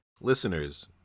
Listeners